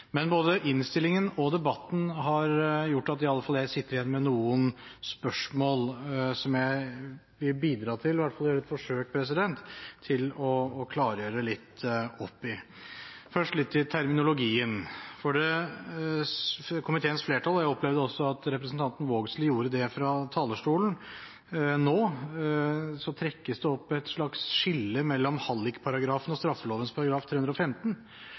Men både innstillingen og debatten har gjort at i alle fall jeg sitter igjen med noen spørsmål som jeg vil bidra til – i hvert fall gjøre et forsøk – å klargjøre litt. Først litt til terminologien. Komiteens flertall har opplevd at det – også representanten Vågslid gjorde det fra talerstolen nå – trekkes opp et slags skille mellom hallikparagrafen og straffeloven § 315,